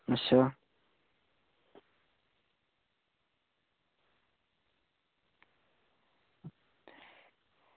अच्छा